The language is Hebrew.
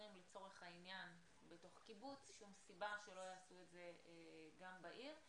לצורך העניין בתוך קיבוץ שום סיבה שלא יעשו את זה בתוך העיר.